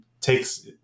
takes